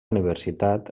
universitat